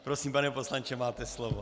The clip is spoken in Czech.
Prosím, pane poslanče, máte slovo.